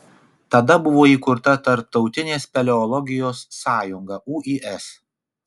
tada buvo įkurta tarptautinė speleologijos sąjunga uis